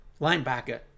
Linebacker